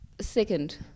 Second